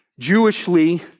Jewishly